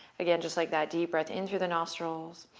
again, just like that, deep breath in thorough the nostrils.